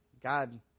God